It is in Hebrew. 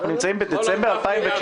אנחנו נמצאים בדצמבר 2019,